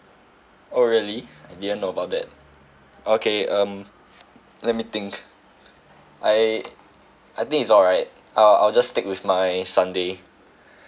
oh really I didn't know about that okay um let me think I I think it's alright I'll I'll just stick with my sundae